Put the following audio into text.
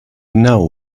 know